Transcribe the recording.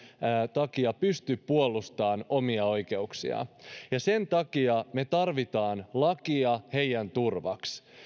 takia pysty puolustamaan omia oikeuksiaan sen takia me tarvitsemme lakia heidän turvakseen